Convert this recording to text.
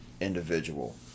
individual